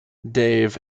dave